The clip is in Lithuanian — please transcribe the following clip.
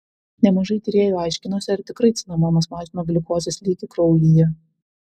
nemažai tyrėjų aiškinosi ar tikrai cinamonas mažina gliukozės lygį kraujyje